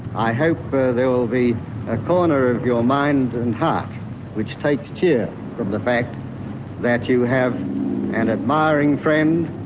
i hope there will be a corner of your mind and heart which takes cheer from the fact that you have an admiring friend,